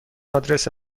آدرس